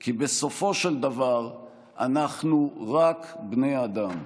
כי בסופו של דבר אנחנו רק בני אדם,